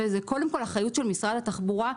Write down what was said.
וקודם כול אחריות של משרד התחבורה.